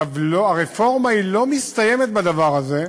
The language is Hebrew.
הרפורמה לא מסתיימת בדבר הזה,